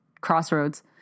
crossroads